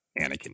Anakin